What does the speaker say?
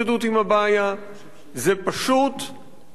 זה פשוט מעשה שלא ייעשה.